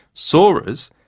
soarers,